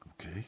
okay